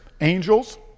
angels